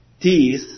teeth